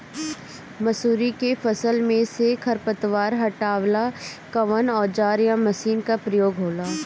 मसुरी के फसल मे से खरपतवार हटावेला कवन औजार या मशीन का प्रयोंग होला?